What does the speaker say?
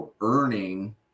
earning